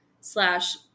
slash